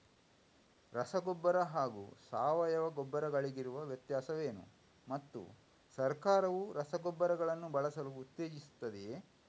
ರಸಗೊಬ್ಬರ ಹಾಗೂ ಸಾವಯವ ಗೊಬ್ಬರ ಗಳಿಗಿರುವ ವ್ಯತ್ಯಾಸವೇನು ಮತ್ತು ಸರ್ಕಾರವು ರಸಗೊಬ್ಬರಗಳನ್ನು ಬಳಸಲು ಉತ್ತೇಜಿಸುತ್ತೆವೆಯೇ?